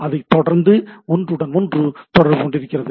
அது தொடர்ந்து ஒன்றுடன் ஒன்று தொடர்புகொண்டிருக்கின்றது